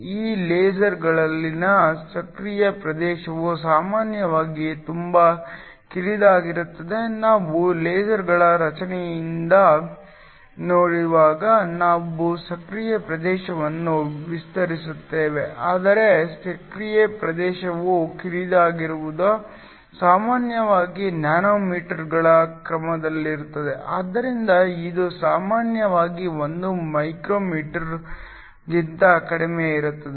ಈ ಲೇಸರ್ಗಳಲ್ಲಿನ ಸಕ್ರಿಯ ಪ್ರದೇಶವು ಸಾಮಾನ್ಯವಾಗಿ ತುಂಬಾ ಕಿರಿದಾಗಿರುತ್ತದೆ ನಾವು ಲೇಸರ್ಗಳ ರಚನೆಯನ್ನು ನೋಡುವಾಗ ನಾವು ಸಕ್ರಿಯ ಪ್ರದೇಶವನ್ನು ವಿವರಿಸುತ್ತೇವೆ ಆದರೆ ಸಕ್ರಿಯ ಪ್ರದೇಶವು ಕಿರಿದಾಗಿರುವುದು ಸಾಮಾನ್ಯವಾಗಿ ನ್ಯಾನೋಮೀಟರ್ಗಳ ಕ್ರಮದಲ್ಲಿರುತ್ತದೆ ಆದ್ದರಿಂದ ಇದು ಸಾಮಾನ್ಯವಾಗಿ 1 ಮೈಕ್ರೋಮೀಟರ್ಗಿಂತ ಕಡಿಮೆ ಇರುತ್ತದೆ